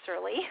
early